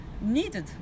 needed